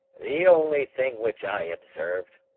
the only thing which i observed,